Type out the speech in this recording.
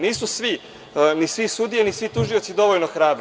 Nisu svi, ni sve sudije, ni svi tužioci dovoljno hrabri.